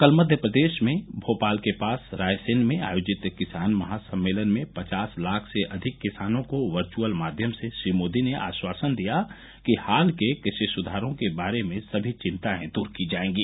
कल मध्यप्रदेश में भोपाल के पास रायसेन में आयोजित किसान महा सम्मेलन में पचास लाख से अधिक किसानों को वर्घअल माध्यम से श्री मोदी ने आश्वासन दिया कि हाल के कृषि सुधारों के बारे में सभी चिंताएं दूर की जाएंगी